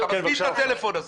אתה מזמין את הטלפון הזה.